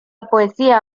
poesía